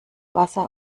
wasser